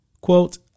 quote